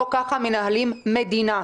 לא ככה מנהלים מדינה.